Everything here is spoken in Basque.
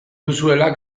duzuela